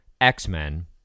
X-Men